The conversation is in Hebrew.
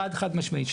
חד-חד משמעית.